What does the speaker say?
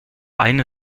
eine